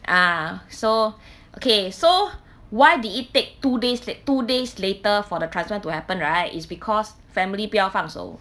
ah so okay so why did it take two days two days later for the transplant to happen right is because family 不要放手